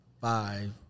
Five